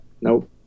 Nope